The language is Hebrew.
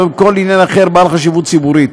או עם כל עניין אחר בעל חשיבות ציבורית,